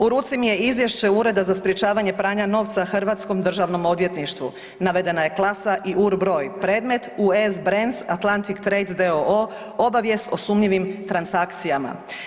U ruci mi je izvješće Ureda za sprječavanje pranja novca hrvatskom Državnom odvjetništvu, navedena je klasa i UR broj, predmet US Brands Atlantic trade d.o.o., obavijest o sumnjivim transakcijama.